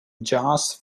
jazz